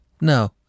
No